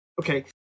Okay